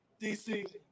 DC